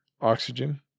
oxygen